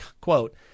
quote